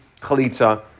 chalitza